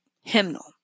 hymnal